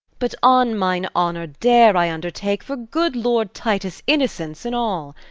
but on mine honour dare i undertake for good lord titus' innocence in all,